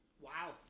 wow